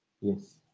Yes